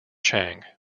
chang